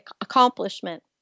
accomplishment